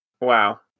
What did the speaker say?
Wow